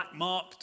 blackmarked